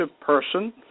person